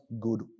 good